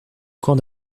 cours